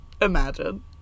Imagine